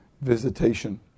visitation